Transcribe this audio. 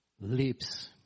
lips